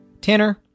Tanner